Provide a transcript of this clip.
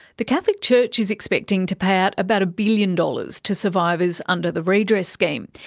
the catholic church is expecting to pay out about a billion dollars to survivors under the redress scheme.